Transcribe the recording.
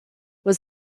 were